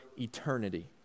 eternity